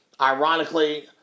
Ironically